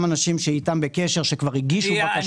אנשים שהיא איתם בקשר שכבר הגישו בקשה,